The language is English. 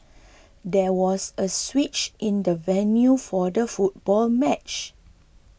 there was a switch in the venue for the football match